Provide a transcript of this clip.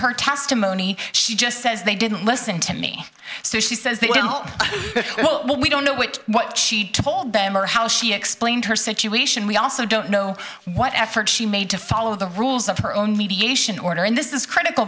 her testimony she just says they didn't listen to me so she says well we don't know what what she told them or how she explained her situation we also don't know what effort she made to follow the rules of her own mediation order and this is critical